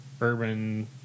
urban